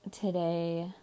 today